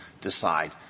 decide